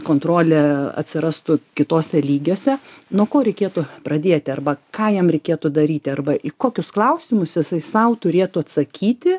kontrolė atsirastų kituose lygiuose nuo ko reikėtų pradėti arba ką jam reikėtų daryti arba į kokius klausimus jisai sau turėtų atsakyti